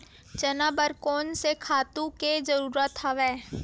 चना बर कोन से खातु के जरूरत हवय?